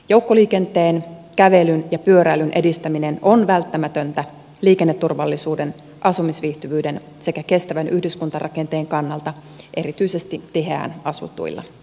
joukkoliikenteen kävelyn ja pyöräilyn edistäminen on välttämätöntä liikenneturvallisuuden asumisviihtyvyyden sekä kestävän yhdyskuntarakenteen kannalta erityisesti tiheään asutuilla